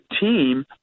team